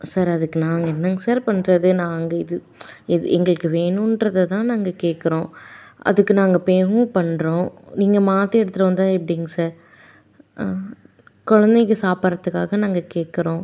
sir அதுக்கு நாங்கள் என்னங்க சார் பண்ணுறது நாங்கள் இது இது எங்களுக்கு வேணுன்றத தான் நாங்கள் கேட்குறோம் அதுக்கு நாங்கள் பேவும் பண்ணுறோம் நீங்கள் மாற்றி எடுத்துகிட்டு வந்தால் எப்படிங்க சார் குலந்தைங்க சாப்புடுறதுக்காக நாங்கள் கேட்குறோம்